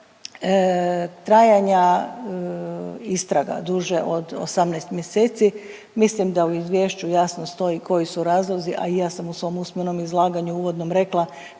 trajanja istraga duže od 18 mjeseci mislim da u izvješću jasno stoji kolji su razlozi, a i ja sam u svom usmenom izlaganju uvodnom rekla